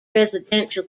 residential